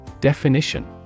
Definition